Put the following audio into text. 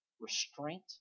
restraint